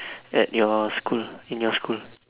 at your school in your school